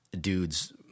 dudes